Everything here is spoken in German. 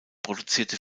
produzierte